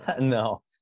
no